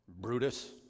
Brutus